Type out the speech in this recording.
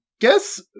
guess